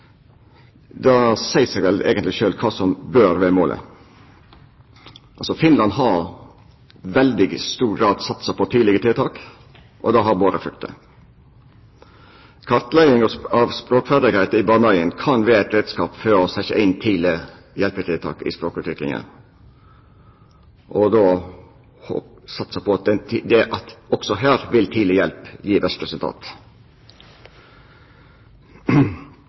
Det seier seg vel eigentleg sjølv kva som bør vera målet. Finland har i veldig stor grad satsa på tidlege tiltak, og det har bore frukter. Kartlegging av språkferdigheiter i barnehagen kan vera ein reiskap for å setja inn tidlege hjelpetiltak i språkutviklinga, og satsa på at også her vil tidleg hjelp gje best